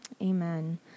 Amen